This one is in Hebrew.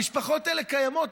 המשפחות האלה קיימות.